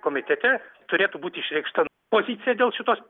komitete turėtų būti išreikšta pozicija dėl šitos